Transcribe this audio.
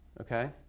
okay